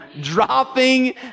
dropping